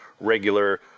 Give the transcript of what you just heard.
regular